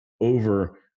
over